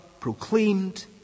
proclaimed